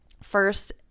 first